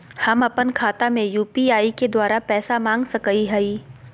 हम अपन खाता में यू.पी.आई के द्वारा पैसा मांग सकई हई?